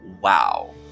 Wow